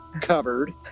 covered